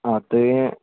അത്